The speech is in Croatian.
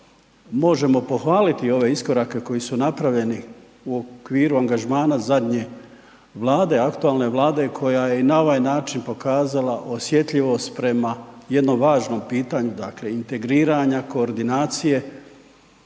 možemo pohvaliti ove iskorake koji napravljeni u okviru angažmana zadnje Vlade, aktualne Vlade koja je i na ovaj način pokazala osjetljivost prema jednom važnom pitanju dakle integriranja, koordinacije